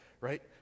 right